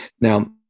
Now